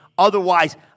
Otherwise